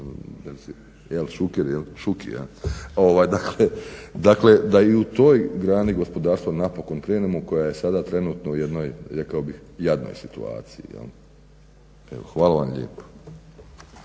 gospodin Šuker, dakle da i u toj grani gospodarstva napokon krenemo koja je sada trenutno u jednoj rekao bih jadnoj situaciji. Evo hvala vam lijepo.